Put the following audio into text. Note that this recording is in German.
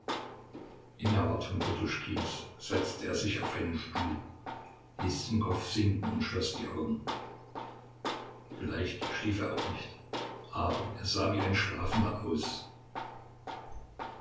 poduschkins setzte er sich auf einen stuhl ließ den kopf sinken und schloß die augen vielleicht schlief er auch nicht aber er sah wie ein schlafender aus